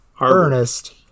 Ernest